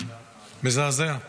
מזעזע.